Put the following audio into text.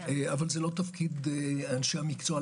אבל זה לא תפקיד אנשי המקצוע.